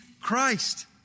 Christ